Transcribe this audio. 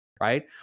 right